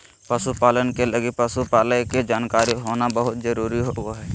पशु पालन के लगी पशु पालय के जानकारी होना बहुत जरूरी होबा हइ